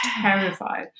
terrified